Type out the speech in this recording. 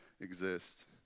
exist